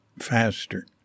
faster